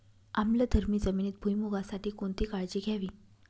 आम्लधर्मी जमिनीत भुईमूगासाठी कोणती काळजी घ्यावी?